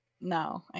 no